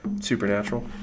Supernatural